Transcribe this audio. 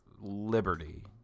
liberty